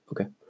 okay